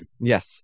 Yes